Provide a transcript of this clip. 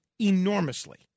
enormously